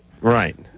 Right